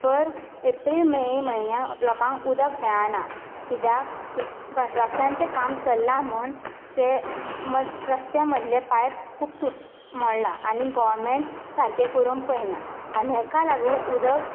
पर April May म्हयन्यांत लोकांक उदक मेळाना कित्याक कंस्ट्रक्शनाचें काम चल्ला म्हण तें म रस्त्या मदलें पायप खूब तुट मोडला आनी गवर्नमेंट सारकें करूंक पळयना आनी हाका लागून उदक